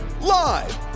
Live